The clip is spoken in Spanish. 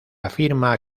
afirma